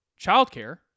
childcare